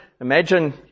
imagine